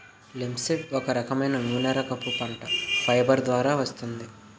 linseed ఒక రకమైన నూనెరకపు పంట, ఫైబర్ ద్వారా వస్తుంది